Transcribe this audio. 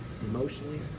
emotionally